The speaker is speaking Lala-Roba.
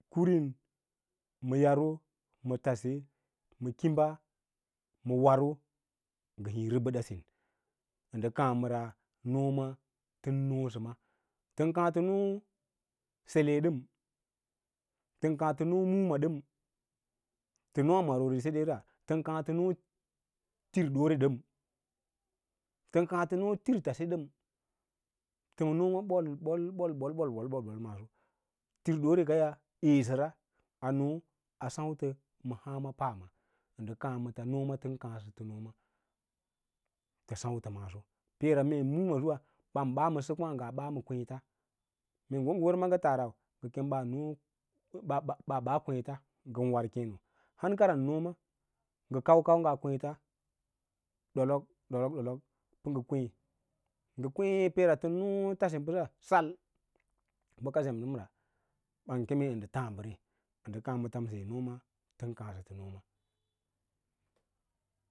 Kimīn ma yawo ma tase ma kimba mee waro ngə hiĩ rəbəda sín ndə kaãməra nooma tən noosəma tən kaã tə noo sele dəən tən kaã tə noo muumaɗən tə noowa marori sedera, tən kaã tə noo tirɗoore ɗən tən kaã tə nootirtase dən tə ma nooma ɓol-ɓol-ɓol-ɓol ɓoɓosa maaso tirdookeya eesəra a noo asǎutə ma hǎǎma paama ən kǎǎməta nooma tən kǎǎsə tə nooma, tə sǎutə maaso peera meen muumaɗuwa ɓan ɓaa ma səkwǎǎ nga ɓaa ma kwěěta mee ngə wo ngə wər rau ngə kem ko ɓan ɓaa kweẽts ngəm war kěěno, hankwaven nooma ngə kau kau nga tivěēta ɗolok-ɗolok, dolok pə ngə kwěě, ngə kwěě peera tən noo nooma tasma bəsa sal bəka sem dəm ra, ban kume ndə tǎǎɓə rěě ndə kǎǎməta mse nooma tən kǎǎsə tə nooyà.